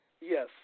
Yes